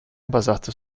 basato